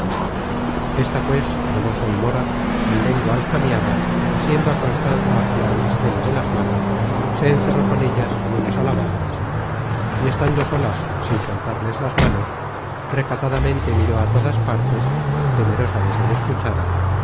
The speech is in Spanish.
esta pues hermosa y mora en lengua aljamiada asiendo á constanza y á auristela de las manos se encerró con ellas en una sala baja y estando solas sin soltarles las manos recatadamente miró á todas partes temerosa de ser escuchada